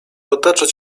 otaczać